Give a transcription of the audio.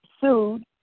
sued